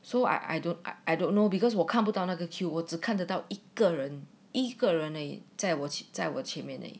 so I I don't I don't know because 我看不到看不到那个 queue 我只看得到一个人一个人那在我只在我前面的